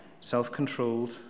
self-controlled